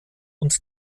und